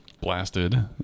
blasted